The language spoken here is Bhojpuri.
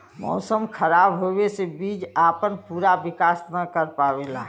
मौसम खराब होवे से बीज आपन पूरा विकास न कर पावेला